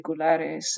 particulares